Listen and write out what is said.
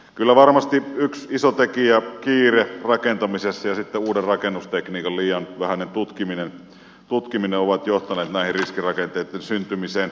kyllä varmasti yksi iso tekijä kiire rakentamisessa ja sitten uuden rakennustekniikan liian vähäinen tutkiminen on johtanut näitten riskirakenteitten syntymiseen